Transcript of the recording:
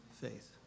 faith